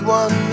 one